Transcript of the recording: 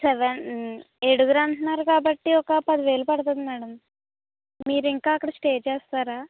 seven ఏడుగురు అంటున్నారు కాబట్టి ఒక పదివేలు పడుతుంది మేడం మీరింకా అక్కడ స్టే చేస్తారా